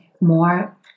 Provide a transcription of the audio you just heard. more